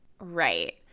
Right